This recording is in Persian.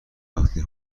وقتی